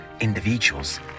individuals